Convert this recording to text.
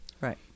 Right